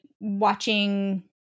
watching